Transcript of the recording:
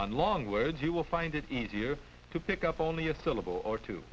on long words you will find it easier to pick up only a syllable or two